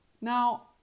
Now